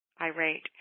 irate